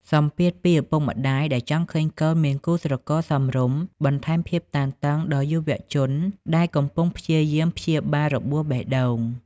សម្ពាធពីឪពុកម្តាយដែលចង់ឃើញកូនមានគូស្រករសមរម្យ បន្ថែមភាពតានតឹងដល់យុវជនដែលកំពុងព្យាយាមព្យាបាលរបួសបេះដូង។